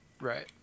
right